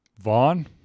Vaughn